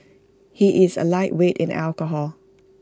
he is A lightweight in alcohol